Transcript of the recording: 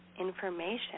information